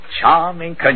charming